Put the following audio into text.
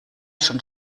schon